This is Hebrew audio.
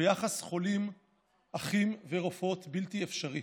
ויחס חולים אחים ורופאות בלתי אפשרי.